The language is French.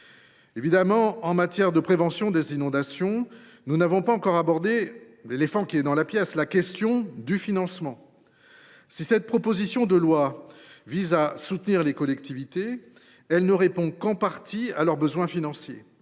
Évidemment, en matière de prévention des inondations, nous n’avons pas encore abordé l’éléphant dans la pièce : la question du financement. Oui ! Si cette proposition de loi vise à soutenir les collectivités, elle ne répond qu’en partie à leurs besoins financiers.